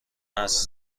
است